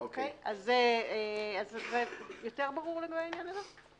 אז זה יותר ברור לגבי העניין הזה?